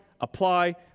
apply